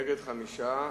נגד- 5,